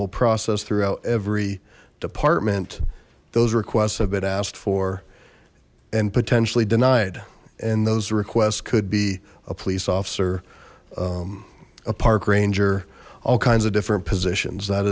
whole process throughout every department those requests have been asked for and potentially denied and those requests could be a police officer a park ranger all kinds of different positions that